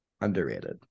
underrated